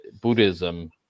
Buddhism